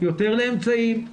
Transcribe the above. יותר לאמצעים,